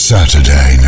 Saturday